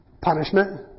Punishment